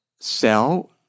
sell